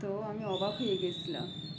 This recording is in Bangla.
তো আমি অবাক হয়ে গিয়েছিলাম